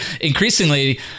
increasingly